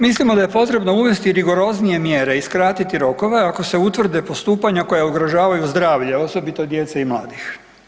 Mislimo da je potrebno uvesti rigoroznije mjere i skratiti rokove ako se utvrde postupanja koja ugrožavaju zdravlje osobito djece i mladih.